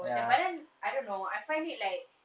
but then I don't know I find it like